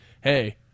hey